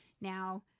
Now